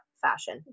fashion